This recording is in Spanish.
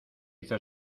hizo